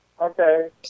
Okay